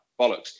bollocks